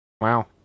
Wow